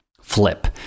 flip